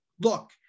Look